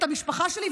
את המשפחה שלי,